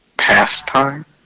pastime